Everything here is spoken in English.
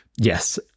Yes